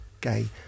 gay